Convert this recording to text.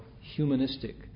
humanistic